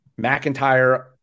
McIntyre